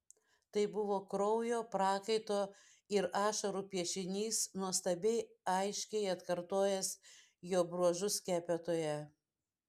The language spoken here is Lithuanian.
tai buvo kraujo prakaito ir ašarų piešinys nuostabiai aiškiai atkartojęs jo bruožus skepetoje